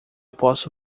posso